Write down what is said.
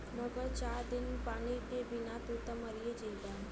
मगर चार दिन पानी के बिना त तू मरिए जइबा